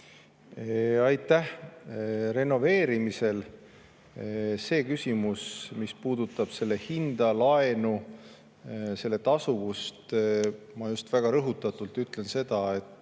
Aitäh! Renoveerimisel see küsimus, mis puudutab hinda, laenu, selle tasuvust, ma just väga rõhutatult ütlen seda, et